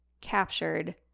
captured